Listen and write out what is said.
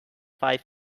five